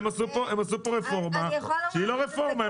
הם עשו כאן רפורמה שהיא לא רפורמה.